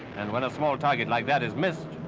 and when a small target like that is missed,